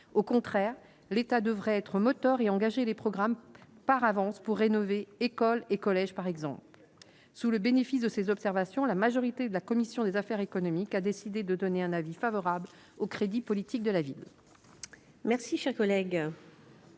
au contraire, l'État devrait être moteur et engager les programmes par avance pour rénover, écoles et collèges par exemple sous le bénéfice de ses observations, la majorité de la commission des affaires économiques, a décidé de donner un avis favorable au crédit politique de la ville.